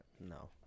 no